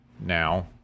now